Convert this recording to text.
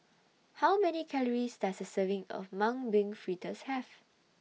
How Many Calories Does A Serving of Mung Bean Fritters Have